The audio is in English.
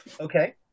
Okay